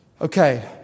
Okay